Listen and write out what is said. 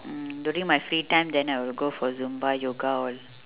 mm during my free time then I will go for zumba yoga all